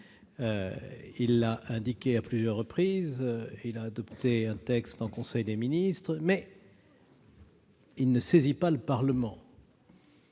annoncée à plusieurs reprises et il a même adopté un texte en conseil des ministres, mais il ne saisit pas le Parlement,